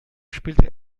spielte